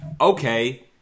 Okay